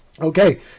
Okay